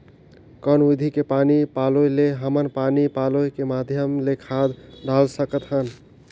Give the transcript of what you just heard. कौन विधि के पानी पलोय ले हमन पानी पलोय के माध्यम ले खाद डाल सकत हन?